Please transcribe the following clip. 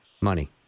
money